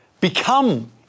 become